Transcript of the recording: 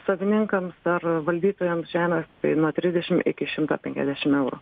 savininkams ar valdytojam žemės tai nuo trisdešim iki šimto penkiasdešim eurų